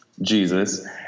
Jesus